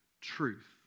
truth